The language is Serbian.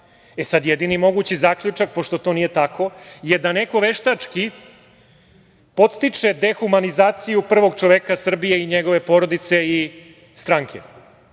E sad, jedini mogući zaključak, pošto to nije tako, je da neko veštački podstiče dehumanizaciju prvog čoveka Srbije i njegove porodice i stranke.I